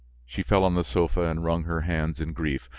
she fell on the sofa and wrung her hands in grief.